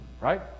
Right